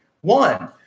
one